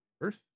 Earth